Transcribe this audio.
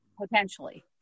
potentially